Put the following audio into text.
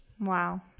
Wow